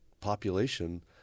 population